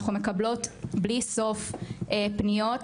אנחנו מקבלות בלי סוף פניות.